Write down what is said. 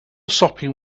sopping